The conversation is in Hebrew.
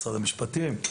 משרד המשפטים,